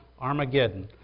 Armageddon